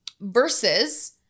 versus